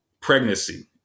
pregnancy